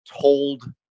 told